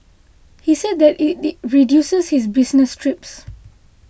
he said that it reduces his business trips